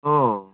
ᱚ